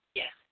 yes